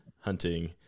hunting